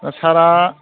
दा सारा